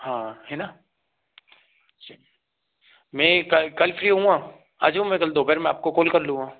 हाँ है ना अच्छा मैं कल कल फ्री होऊँगा आ जाउंगा मैं कल दोपहर में आपको कोल कर लूँगा